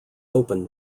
open